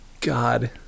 God